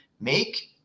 make